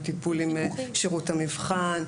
הוא טיפול עם שרות המבחן.